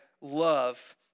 love